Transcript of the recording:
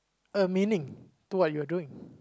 a meaning to what you are doing